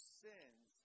sins